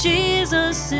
Jesus